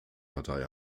partei